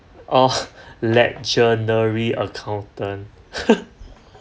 oh legendary accountant